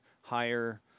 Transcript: higher